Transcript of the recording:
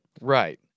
Right